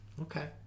Okay